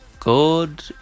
good